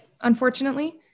unfortunately